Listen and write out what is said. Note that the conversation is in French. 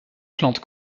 plantes